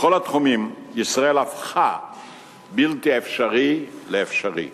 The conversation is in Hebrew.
בכל התחומים, ישראל הפכה בלתי אפשרי לאפשרי.